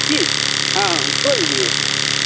की हँ तोलि दिऔ ओतऽ लऽ जयथिन